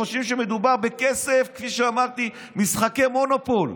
חושבים שמדובר בכסף, כפי שאמרתי, משחקי מונופול,